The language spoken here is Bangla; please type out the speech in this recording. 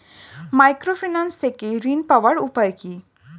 মাইক্রোফিন্যান্স থেকে ঋণ পাওয়ার উপায় কি?